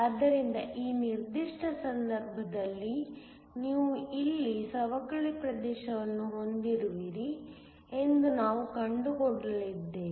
ಆದ್ದರಿಂದ ಈ ನಿರ್ದಿಷ್ಟ ಸಂದರ್ಭದಲ್ಲಿ ನೀವು ಇಲ್ಲಿ ಸವಕಳಿ ಪ್ರದೇಶವನ್ನು ಹೊಂದಿರುವಿರಿ ಎಂದು ನಾವು ಕಂಡುಕೊಳ್ಳಲಿದ್ದೇವೆ